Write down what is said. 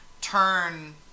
turn